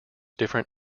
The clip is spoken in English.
different